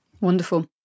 Wonderful